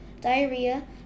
diarrhea